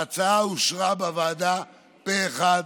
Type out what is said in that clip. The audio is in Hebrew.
ההצעה אושרה בוועדה פה אחד